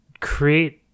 create